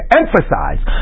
emphasize